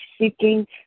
seeking